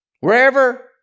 wherever